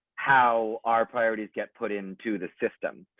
how our priorities get put into the system.